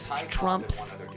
Trumps